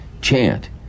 Chant